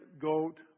goat